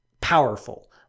powerful